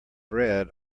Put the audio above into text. bread